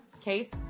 Case